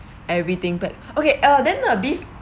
everything pack okay uh then the beef